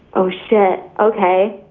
oh shit, okay.